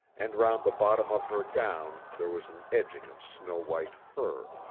and round the bottom of her gown there was an edging of snow-white fur.